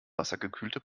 wassergekühlte